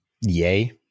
Yay